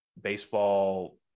baseball